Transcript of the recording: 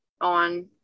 on